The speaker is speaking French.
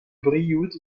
brioude